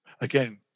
again